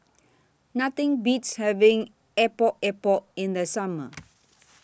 Nothing Beats having Epok Epok in The Summer